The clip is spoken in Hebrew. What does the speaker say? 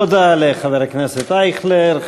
תודה לחבר הכנסת אייכלר.